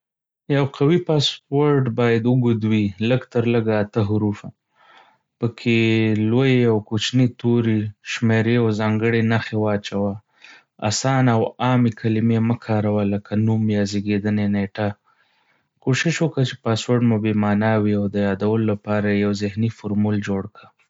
یو قوي پاسورډ باید اوږد وي، لږ تر لږه اته حروف. په کې لویې او کوچنۍ توري، شمیرې او ځانګړي نښې واچوه. اسانه او عامې کلمې مه کاروه لکه نوم یا زیږیدنی نېټه. کوشش وکړه چې پاسورډ مو بې مانا وي او د یادولو لپاره یې یو ذهني فورمول جوړ کړه.